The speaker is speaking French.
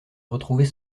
retrouver